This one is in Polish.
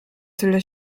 tyle